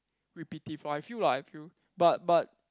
repetive lor but I feel lah I feel but but